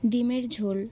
ডিমের ঝোল